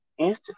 Instagram